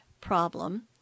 problem